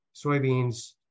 soybeans